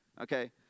okay